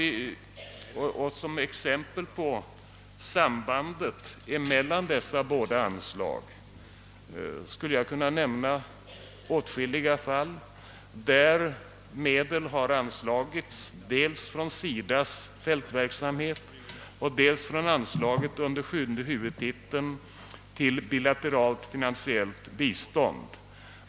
Som exempel på sambandet mellan dessa båda anslag skulle jag kunna nämna åtskilliga fall, där medel har anvisats dels från anslaget till SIDA:s fältverksamhet och dels från anslaget under sjunde huvudtiteln till bilateralt finansiellt bistånd.